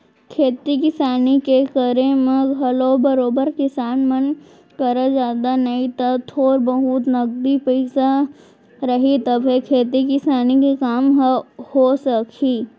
खेती किसानी के करे म घलौ बरोबर किसान मन करा जादा नई त थोर बहुत नगदी पइसा रही तभे खेती किसानी के काम ह हो सकही